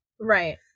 Right